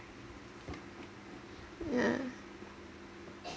yeah